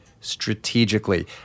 strategically